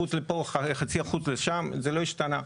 אחוז לפה, חצי אחוז לשם, זה לא השתנה.